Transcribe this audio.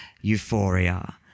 Euphoria